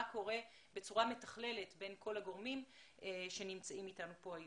קורה בצור המתכללת בין כל הגורמים שנמצאים אתנו כאן היום.